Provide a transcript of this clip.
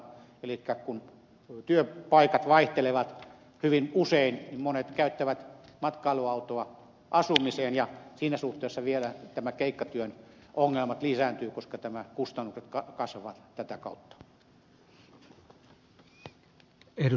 elikkä kun työpaikat vaihtelevat hyvin usein niin monet käyttävät matkailuautoa asumiseen ja siinä suhteessa vielä nämä keikkatyön ongelmat lisääntyvät koska kustannukset kasvavat tätä kautta